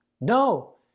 no